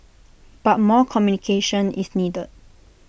but more communication is needed